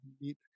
meet